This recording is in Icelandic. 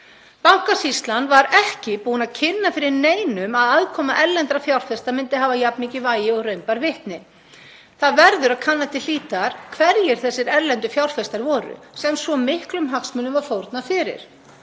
Bankasýslan var ekki búin að kynna fyrir neinum að aðkoma erlendra fjárfesta myndi hafa jafn mikið vægi og raun bar vitni. Það verður að kanna til hlítar hverjir þessir erlendu fjárfestar voru sem svo miklum hagsmunum var fórnað fyrir.